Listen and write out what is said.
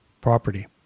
property